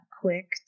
quick